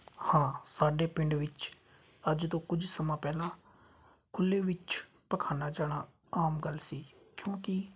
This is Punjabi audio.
ਹਾਂ ਸਾਡੇ ਪਿੰਡ ਵਿੱਚ ਅੱਜ ਤੋਂ ਕੁਝ ਸਮਾਂ ਪਹਿਲਾਂ ਖੁੱਲੇ ਵਿੱਚ ਪਖਾਨਾ ਜਾਣਾ ਆਮ ਗੱਲ ਸੀ ਕਿਉਂਕੀ